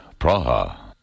Praha